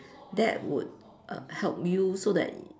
that would help you so that